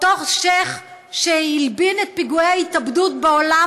אותו שיח' שהלבין את פיגועי ההתאבדות בעולם